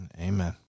Amen